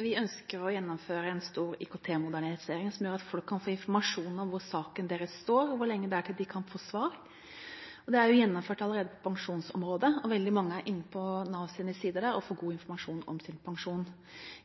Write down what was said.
Vi ønsker å gjennomføre en stor IKT-modernisering som gjør at folk kan få informasjon om hvor saken deres står, og hvor lenge det er til de kan få svar. Det er gjennomført allerede på pensjonsområdet, og veldig mange er inne på Navs sider og får god informasjon om sin pensjon.